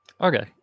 Okay